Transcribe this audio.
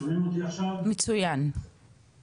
שמשתתף בזום.